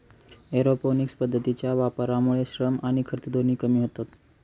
aeroponics पद्धतीच्या वापरामुळे श्रम आणि खर्च दोन्ही कमी होतात